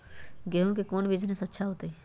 गेंहू के कौन बिजनेस अच्छा होतई?